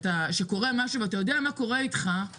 שקורה משהו ואתה יודע מה קורה אתך,